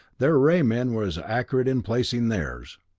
their ray men were as accurate in placing theirs.